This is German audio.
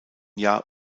jahr